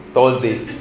Thursdays